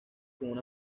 con